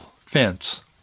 fence